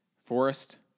Forest